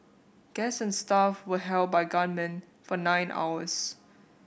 guests and staff were held by gunmen for nine hours